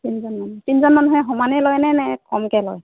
তিনিজনমান তিনিজন মানুহে সমানে লয়নে নে কমকৈ লয়